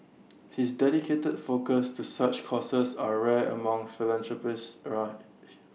his dedicated focus to such causes are rare among philanthropists aright